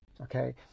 Okay